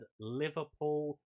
Liverpool